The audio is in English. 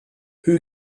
who